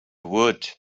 would